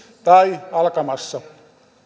tai alkamassa